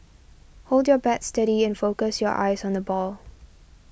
hold your bat steady and focus your eyes on the ball